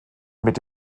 mit